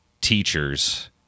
teachers